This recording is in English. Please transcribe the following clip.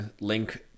link